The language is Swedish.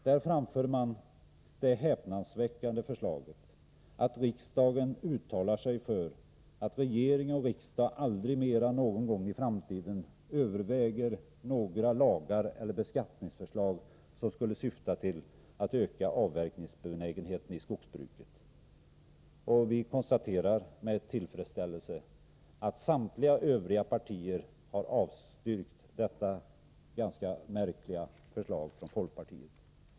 Där framför man det häpnadsväckande förslaget att riksdagen skall uttala sig för att regering och riksdag aldrig mer någon gång i framtiden skall överväga några lagar eller beskattningsförslag som syftar till att öka avverkningsbenägenheten i skogsbruket. Vi konstaterar med tillfredsställelse att samtliga övriga partier har avstyrkt detta ganska märkliga förslag från folkpartiet.